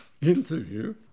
interview